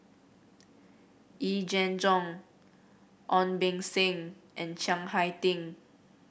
Yee Jenn Jong Ong Beng Seng and Chiang Hai Ding